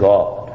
God